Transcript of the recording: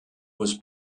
was